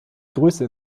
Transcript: größe